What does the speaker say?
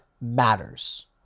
matters